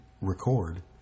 record